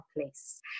place